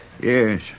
Yes